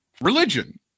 religion